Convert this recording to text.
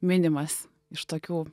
minimas iš tokių